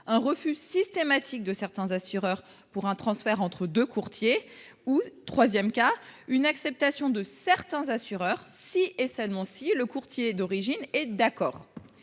un refus systématique de certains assureurs pour un transfert entre 2 courtiers ou 3e cas une acceptation de certains assureurs si et seulement si le courtier d'origine et d'accord.